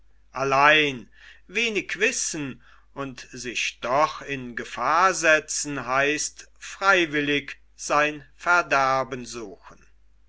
allein wenig wissen und sich doch in gefahr setzen heißt freiwillig sein verderben suchen